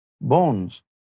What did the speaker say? bones